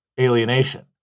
alienation